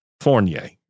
Fournier